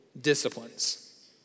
disciplines